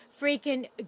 freaking